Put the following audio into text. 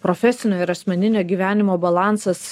profesinio ir asmeninio gyvenimo balansas